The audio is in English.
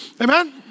Amen